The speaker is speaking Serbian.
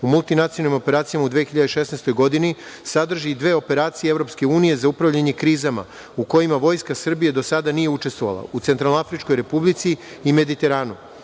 u multinacionalnim operacijama u 2016. godini sadrži dve operacije EU za upravljanje krizama u kojima Vojska Srbije do sada nije učestvovala u Centralnoafričkoj Republici i Mediteranu. Misija